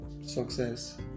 success